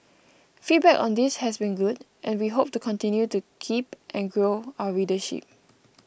feedback on this has been good and we hope to continue to keep and grow our readership